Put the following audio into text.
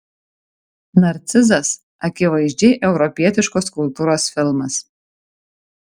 narcizas akivaizdžiai europietiškos kultūros filmas